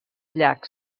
llacs